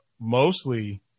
mostly